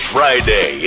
Friday